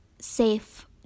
safe